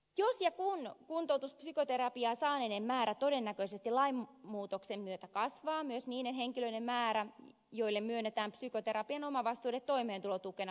jos ja kun kuntoutuspsykoterapiaa saaneiden määrä todennäköisesti lainmuutoksen myötä kasvaa myös niiden henkilöiden määrä joille myönnetään psykoterapian omavastuuosuudet toimeentulotukena luultavasti kasvaa